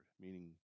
meaning